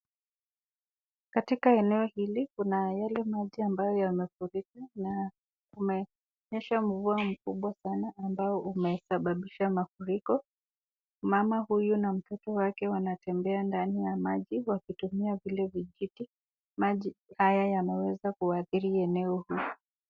Katika eneo hili kuna yale maji ambayo yamefulika na kumenyesha mvua mkubwa sana ambao imesababishwa mafuliko, mama huyu na mtoto wake wanatembea ndani ya maji wakitumia vile vijiti maji haya yanaweza kuwadhili eneo hii.